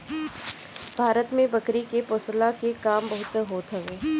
भारत में बकरी के पोषला के काम बहुते होत हवे